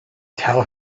tell